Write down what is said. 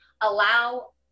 allow